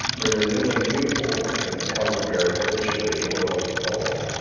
they were new and beautiful, and the color bearer habitually oiled the pole.